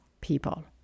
people